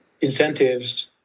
incentives